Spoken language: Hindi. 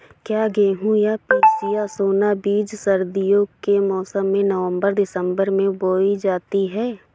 क्या गेहूँ या पिसिया सोना बीज सर्दियों के मौसम में नवम्बर दिसम्बर में बोई जाती है?